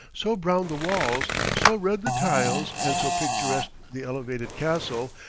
so brown the walls, so red the tiles, and so picturesque the elevated castle,